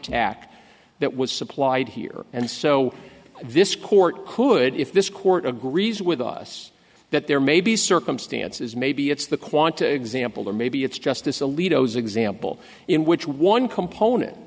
tack that was supplied here and so this court could if this court agrees with us that there may be circumstances maybe it's the quantity example or maybe it's justice alito is example in which one component